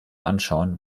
anschauen